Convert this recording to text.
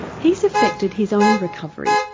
he's affected his own recovery,